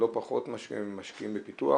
לא פחות ממה שמשקיעים בפיתוח